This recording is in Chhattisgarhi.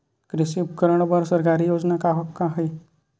कृषि उपकरण बर सरकारी योजना का का हे?